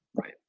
Right